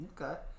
Okay